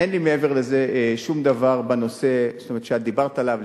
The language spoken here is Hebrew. אין לי מעבר לזה שום דבר בנושא שאת דיברת עליו,